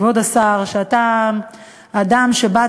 כבוד השר, אתה אדם שבא